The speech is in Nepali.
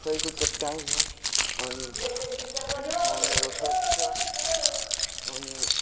खेलकुदको टाइम हो अनि मेरो फ्रेण्ड छ अनि